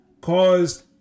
caused